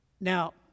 Now